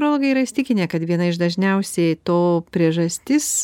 urologai yra įsitikinę kad viena iš dažniausiai to priežastis